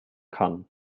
kann